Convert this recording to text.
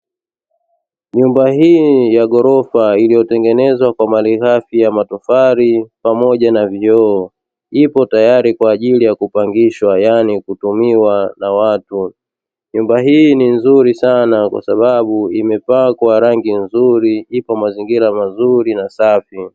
Nyumba hii ya ghorofa iliyotengenezwa kwa malighafi ya matofali pamoja na vioo ipo tayari kwa ajili ya kupangishwa yaani kutumiwa na watu. Nyumba hii ni nzuri sana kwa sababu imepakwa rangi nzuri ipo mazingira mazuri na safi.